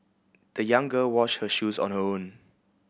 the young girl washed her shoes on her own